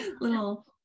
little